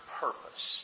purpose